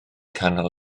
canol